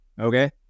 Okay